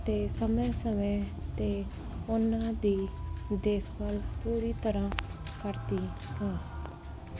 ਅਤੇ ਸਮੇਂ ਸਮੇਂ 'ਤੇ ਉਨਾਂ ਦੀ ਦੇਖਭਾਲ ਪੂਰੀ ਤਰ੍ਹਾਂ ਕਰਦੀ ਹਾਂ